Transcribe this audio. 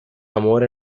amor